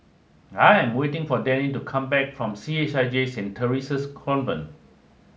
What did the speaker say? I am waiting for Danny to come back from C H I J Saint Theresa's Convent